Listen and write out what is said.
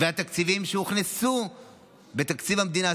והתקציבים שהוכנסו בתקציב המדינה,